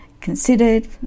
considered